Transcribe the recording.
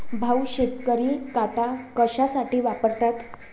भाऊ, शेतकरी काटा कशासाठी वापरतात?